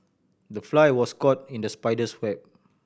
the fly was caught in the spider's web